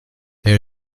they